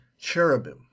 cherubim